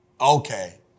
Okay